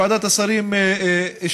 ועדת השרים אישרה,